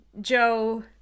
Joe